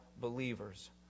believers